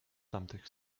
tamtych